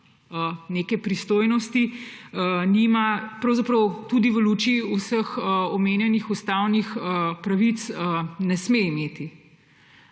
neke pristojnosti, pravzaprav tudi v luči vseh omenjenih ustavnih pravic ne sme imeti